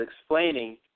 explaining